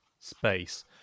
space